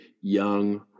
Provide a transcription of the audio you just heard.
young